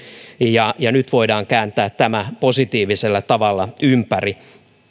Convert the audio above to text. ja ja nyt voidaan kääntää tämä positiivisella tavalla ympäri